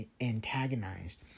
antagonized